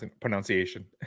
pronunciation